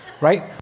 Right